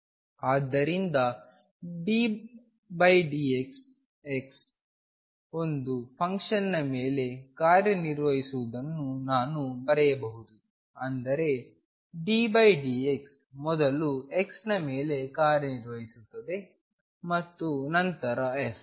ಆದ್ದರಿಂದ ddxx ಒಂದು ಫಂಕ್ಷನ್ನ ಮೇಲೆ ಕಾರ್ಯನಿರ್ವಹಿಸುವುದನ್ನು ನಾನು ಬರೆಯಬಹುದು ಅಂದರೆ ddx ಮೊದಲು x ನ ಮೇಲೆ ಕಾರ್ಯನಿರ್ವಹಿಸುತ್ತದೆ ಮತ್ತು ನಂತರ f